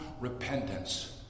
repentance